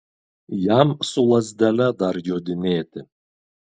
jam su lazdele dar jodinėti